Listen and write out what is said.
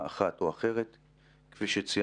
אתם לא תגידו לו מה לענות.